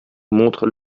montre